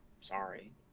sorry